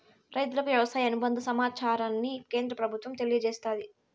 రైతులకు వ్యవసాయ అనుబంద సమాచారాన్ని కేంద్ర ప్రభుత్వం తెలియచేస్తాది